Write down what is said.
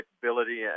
capability